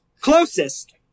Closest